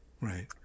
Right